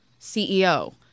CEO